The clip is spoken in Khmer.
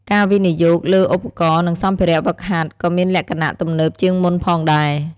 ការវិនិយោគលើឧបករណ៍ និងសម្ភារៈហ្វឹកហាត់ក៏មានលក្ខណៈទំនើបជាងមុនផងដែរ។